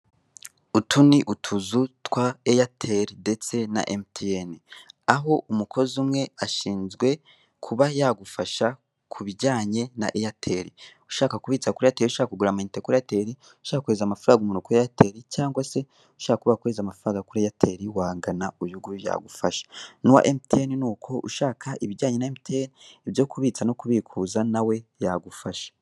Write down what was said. Utu ni utuzu twa airtel ndetse na mtn aho umukozi umwe ashinzwe kuba yagufasha ku bijyanye na airtel ushaka kubitsa kuri airtel, kugura amayinite kuri airtel, cyangwa se ushaka kohereza amafaranga kuri airtel wagana uyu nguyu yagufasha nuwa mtn ni uko ushaka ibijyanye yagufasha.